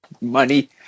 money